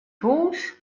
hûs